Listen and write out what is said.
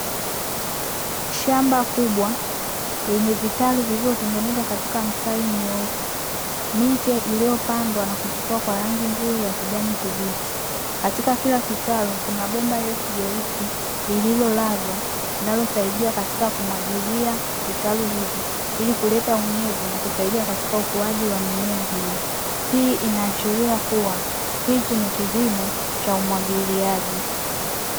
Shamba kubwa lenye vitalu vilivyotengenezwa katika mstari mnyoofu, miche iliyopandwa na kuchipua kwa rangi nzuri ya kijani kibichi. Katika kila kitalu kuna bomba refu jeusi lililolazwa linalosaidia katika kumwagilia vitalu hivyo ili kuleta unyevu na kusaidia katika ukuaji wa mimea hiyo. Hii inaashiria kuwa hichi ni kilimo cha umwagiliaji.